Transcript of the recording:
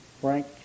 Frank